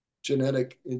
genetic